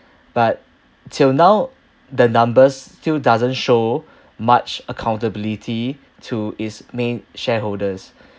but till now the numbers still doesn't show much accountability to its main shareholders